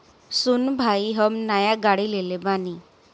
सुन भाई हम नाय गाड़ी लेले बानी